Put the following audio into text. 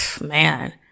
man